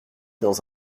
dans